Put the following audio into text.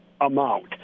amount